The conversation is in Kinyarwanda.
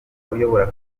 uyobora